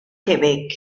quebec